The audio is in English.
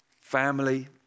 family